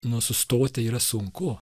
nu sustoti yra sunku